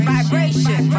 Vibration